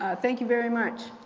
ah thank you very much.